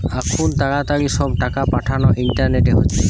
আখুন তাড়াতাড়ি সব টাকা পাঠানা ইন্টারনেটে হচ্ছে